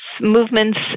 movements